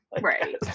right